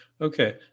Okay